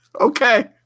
Okay